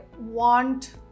want